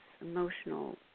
emotional